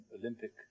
Olympic